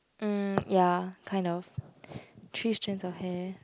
mm ya kind of three strands of hair